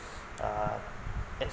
uh as